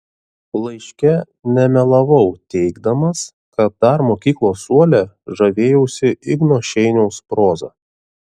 laiške nemelavau teigdamas kad dar mokyklos suole žavėjausi igno šeiniaus proza